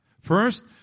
First